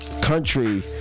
country